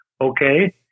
Okay